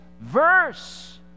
verse